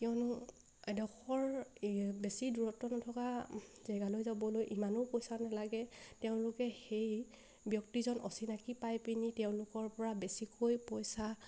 কিয়নো এডোখৰ বেছি দূৰত্ব নথকা জেগালৈ যাবলৈ ইমানো পইচা নেলাগে তেওঁলোকে সেই ব্যক্তিজন অচিনাকি পাই পিনি তেওঁলোকৰপৰা বেছিকৈ পইচা